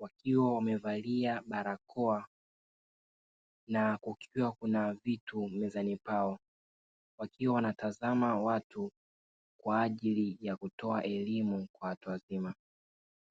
wakiwa wamevalia barakoa na kukiwa kuna vitu mezani kwao, wakiwa wanatazama watu kwa ajili ya kutoa elimu kwa watu wazima.